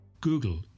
Google